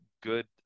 good